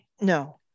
no